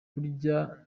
burya